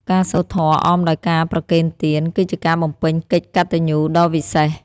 ការសូត្រធម៌អមដោយការប្រគេនទាន គឺជាការបំពេញកិច្ចកតញ្ញូដ៏វិសេស។